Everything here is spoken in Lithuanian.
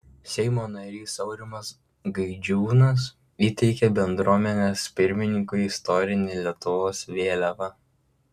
seimo narys aurimas gaidžiūnas įteikė bendruomenės pirmininkui istorinę lietuvos vėliavą